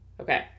Okay